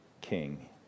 king